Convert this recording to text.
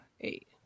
eight